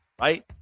right